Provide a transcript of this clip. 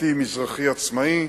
דתי מזרחי עצמאי,